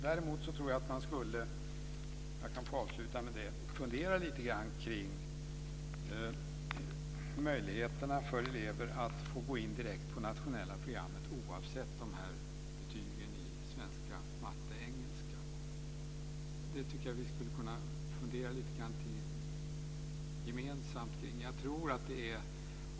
Däremot tror jag att man ska fundera kring möjligheterna för elever att gå in direkt på det nationella programmet oavsett betygen i svenska, matte och engelska. Vi borde gemensamt fundera kring detta.